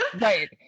right